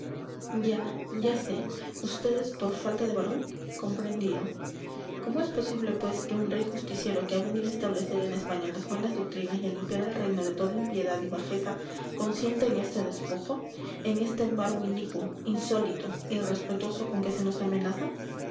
ya ya sé vds por falta de varón comprendido cómo es posible pues que un rey justiciero que ha venido a establecer en españa las buenas doctrinas y a limpiar el reino de toda impiedad y bajeza consienta en este despojo en este embargo inicuo insólito irrespetuoso con que se nos amenaza